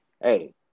hey